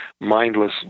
mindless